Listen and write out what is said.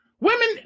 Women